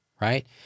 right